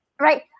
right